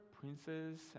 princes